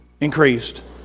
increased